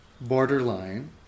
Borderline